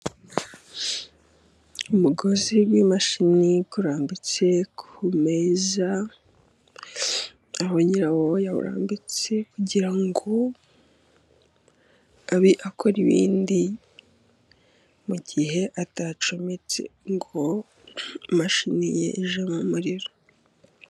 Umugozi w'imashini urambitse ku meza, aho nyirawo yawurambitse, kugira ngo abe akora ibindi, mu gihe atacometse, ngo imashini ye ijyemo umuririro.